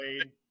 played